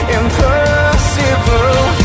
impossible